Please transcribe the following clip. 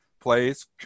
plays